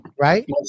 Right